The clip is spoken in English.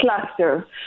cluster